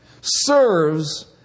serves